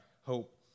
hope